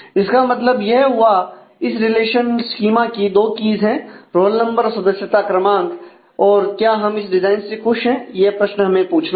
इसका मतलब यह हुआ इस रिलेशनल स्कीमा की दो कीज है रोल नंबर और सदस्यता क्रमांक और क्या हम इस डिजाइन से खुश हैं यह प्रश्न हमें पूछना है